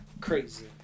Crazy